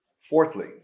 Fourthly